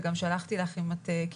וגם שלחתי לך אם קיבלת,